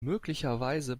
möglicherweise